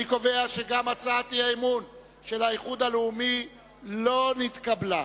אני קובע שגם הצעת האי-אמון של האיחוד הלאומי לא נתקבלה.